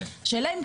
השאלה היא,